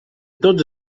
tots